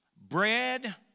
Bread